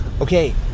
Okay